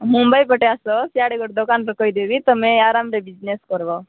ମୁମ୍ବାଇ ପଟେ ଆସ ସିଆଡ଼େ ଗୋଟେ ଦୋକାନ ପକାଇଦେବି ତୁମେ ଆରମରେ ବିଜନେସ୍ କରବ